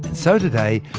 and so today,